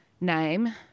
name